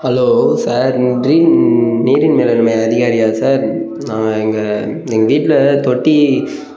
hello sir ட்ரீ நீரின் மேலாண்மை அதிகாரியா சார் நான் எங்கள் எங்கள் வீட்டில் தொட்டி